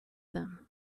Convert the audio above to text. them